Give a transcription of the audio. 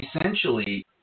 essentially